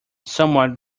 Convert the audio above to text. somewhat